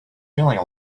feeling